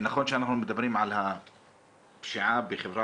נכון שאנחנו מדברים על הפשיעה בחברה